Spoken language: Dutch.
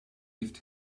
heeft